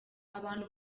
abantu